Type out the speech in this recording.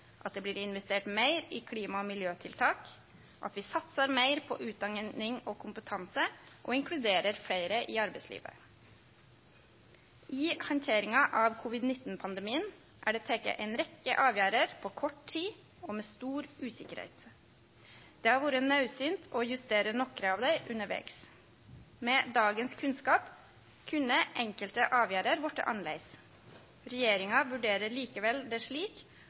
at det blir investert meir i klima- og miljøtiltak, at vi satsar meir på utdanning og kompetanse og inkluderer fleire i arbeidslivet. I handteringa av covid-19-pandemien er det teke ei rekkje avgjerder på kort tid og med stor usikkerheit. Det har vore naudsynt å justere nokre av dei undervegs. Med dagens kunnskap kunne enkelte avgjerder vorte annleis. Regjeringa vurderer det likevel slik